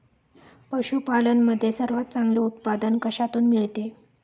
पशूपालन मध्ये सर्वात चांगले उत्पादन कशातून मिळते?